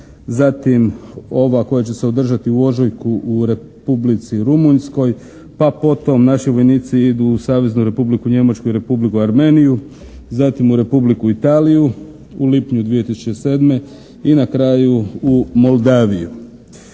Zatim ova koja će se održati u ožujku u Republici Rumunjskoj. Pa potom naši vojnici idu u Saveznu Republiku Njemačku i Republiku Armeniju. Zatim u Republiku Italiju u lipnju 2007. i na kraju u Moldaviju.